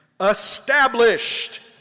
established